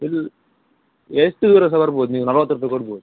ಇಲ್ಲ ಎಷ್ಟು ದೂರ ಸಹ ಬರ್ಬೋದು ನೀವು ನಲವತ್ತು ರೂಪಾಯಿ ಕೊಡ್ಬೋದು